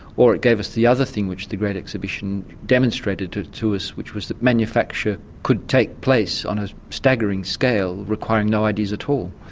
or it gave us the other thing which the great exhibition demonstrated to to us which was that manufacture could take place on a staggering scale requiring no ideas at all.